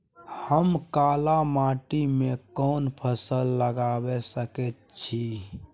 हम काला माटी में कोन फसल लगाबै सकेत छी?